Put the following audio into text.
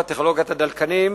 טכנולוגיית הדלקנים,